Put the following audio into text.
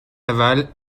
navals